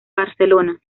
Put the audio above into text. barcelona